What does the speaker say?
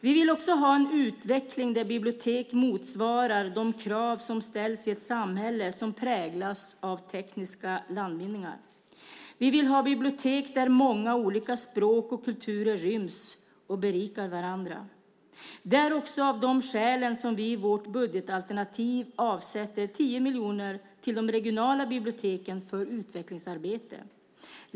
Vi vill också ha en utveckling där biblioteken motsvarar de krav som ställs i ett samhälle som präglas av tekniska landvinningar. Vi vill ha bibliotek där många olika språk och kulturer ryms och berikar varandra. Det är också av de skälen som vi i vårt budgetalternativ avsätter 10 miljoner till de regionala biblioteken för utvecklingsarbete.